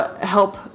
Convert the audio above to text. help